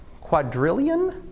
quadrillion